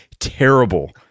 terrible